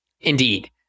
Indeed